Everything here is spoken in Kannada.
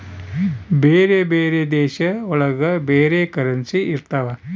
ಬೇರೆ ಬೇರೆ ದೇಶ ಒಳಗ ಬೇರೆ ಕರೆನ್ಸಿ ಇರ್ತವ